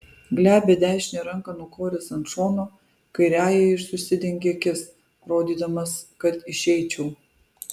glebią dešinę ranką nukoręs ant šono kairiąja jis užsidengė akis rodydamas kad išeičiau